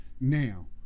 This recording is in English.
now